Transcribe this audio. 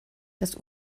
das